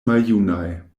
maljunaj